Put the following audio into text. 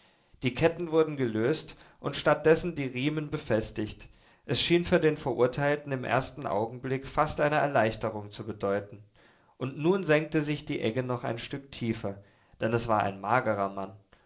die ketten wurden gelöst und statt dessen die riemen befestigt es schien für den verurteilten im ersten augenblick fast eine erleichterung zu bedeuten und nun senkte sich die egge noch ein stück tiefer denn es war ein magerer mann